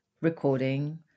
recording